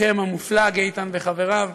גילכם המופלג, איתן וחבריו,